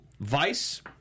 vice